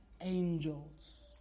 angels